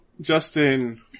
Justin